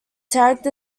tagged